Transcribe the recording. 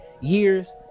years